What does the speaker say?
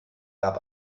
gab